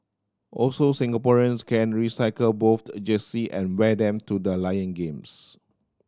also Singaporeans can recycle both jersey and wear them to the Lion games